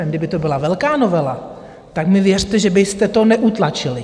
Kdyby to byla velká novela, tak mi věřte, že byste to neutlačili.